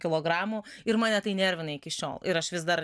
kilogramų ir mane tai nervina iki šiol ir aš vis dar